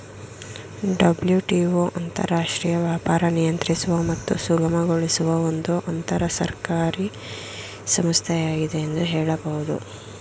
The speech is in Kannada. ಡಬ್ಲ್ಯೂ.ಟಿ.ಒ ಅಂತರರಾಷ್ಟ್ರೀಯ ವ್ಯಾಪಾರ ನಿಯಂತ್ರಿಸುವ ಮತ್ತು ಸುಗಮಗೊಳಿಸುವ ಒಂದು ಅಂತರಸರ್ಕಾರಿ ಸಂಸ್ಥೆಯಾಗಿದೆ ಎಂದು ಹೇಳಬಹುದು